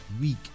week